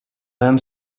learn